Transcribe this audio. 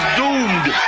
doomed